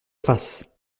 face